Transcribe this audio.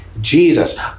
Jesus